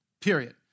period